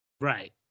Right